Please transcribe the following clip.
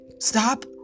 stop